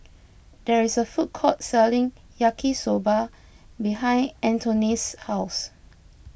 there is a food court selling Yaki Soba behind Antoinette's house